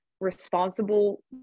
responsible